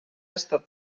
estat